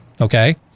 okay